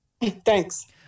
Thanks